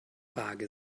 waage